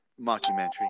mockumentary